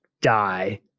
die